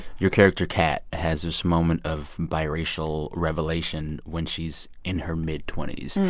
your character, kat, has this moment of biracial revelation when she's in her mid twenty s.